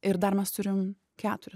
ir dar mes turim keturias